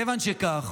כיוון שכך,